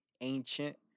ancient